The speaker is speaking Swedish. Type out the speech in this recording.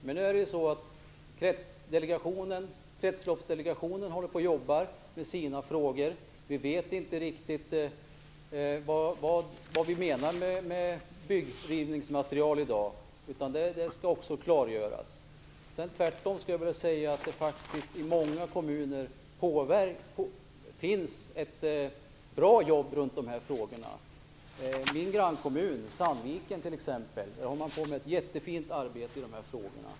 Men Kretsloppsdelegationen jobbar med sina frågor och vi vet inte riktigt vad som i dag menas med byggrivningsmaterial. Också det skall klargöras. Jag skulle vilja säga tvärtom, Ulla Löfgren! I många kommuner förekommer ett bra jobb kring dessa frågor. I t.ex. min grannkommun, Sandviken, håller man på med ett jättefint arbete i dessa frågor.